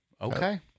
Okay